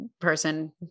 person